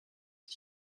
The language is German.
die